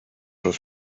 roedd